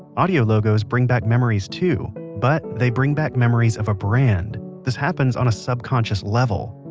audio logos bring back memories too, but they bring back memories of a brand. this happens on a subconscious level.